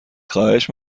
خواهش